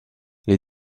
les